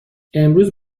امروز